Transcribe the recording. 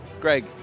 Greg